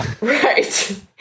Right